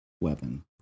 weapon